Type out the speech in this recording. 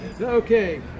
Okay